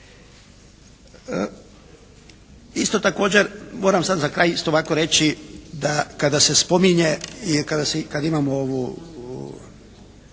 Isto također, moram sada za kraj isto ovako reći, da kada se spominje ili kada imamo ovu